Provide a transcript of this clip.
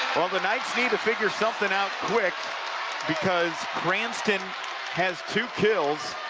well, the knights need to figure something out quick because cranston has two kills